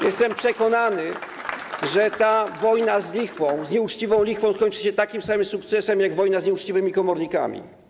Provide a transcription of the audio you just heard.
Jestem przekonany, że ta wojna z lichwą, z nieuczciwą lichwą skończy się takim samym sukcesem jak wojna z nieuczciwymi komornikami.